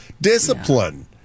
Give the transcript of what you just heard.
discipline